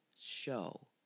show